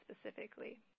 specifically